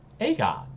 Aegon